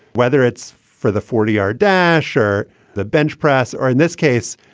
whether it's for the forty yard dash or the bench press or in this case,